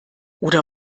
oder